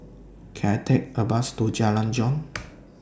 Can I Take A Bus to Jalan Jong